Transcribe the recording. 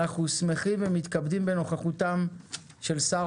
אנחנו שמחים ומתכבדים בנוכחותם של שר